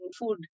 food